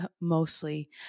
mostly